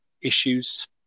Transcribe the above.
issues